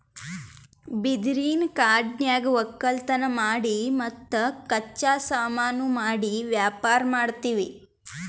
ಬಿದಿರಿನ್ ಕಾಡನ್ಯಾಗ್ ವಕ್ಕಲತನ್ ಮಾಡಿ ಮತ್ತ್ ಕಚ್ಚಾ ಸಾಮಾನು ಮಾಡಿ ವ್ಯಾಪಾರ್ ಮಾಡ್ತೀವಿ